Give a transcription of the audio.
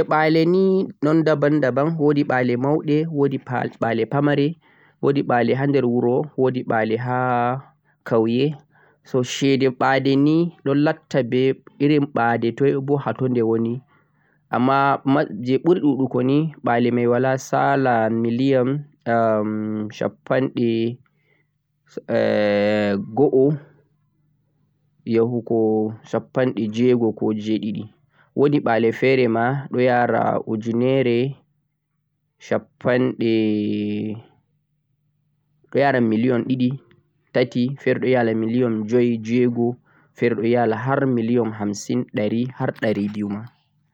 Shede ɓalenii ɗon daban-daban, wodi ɓale mauɗe, wodi pamare, wodi ɓale ha nder wuro wodi ha kauye. Shede sarenii ɗon latta be irin ɓade toi ayiɗe bo hatoi nde woni, amma je ɓuri ɗuɗukoni wala sala million go'o ya hugo shappanɗe jweego koh jweeɗiɗi. Wodi ɓale fereme yaran million joi, jweego har jweetati